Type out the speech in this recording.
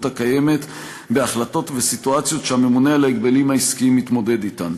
הקיימת בהחלטות וסיטואציות שהממונה על ההגבלים העסקיים מתמודד אתן.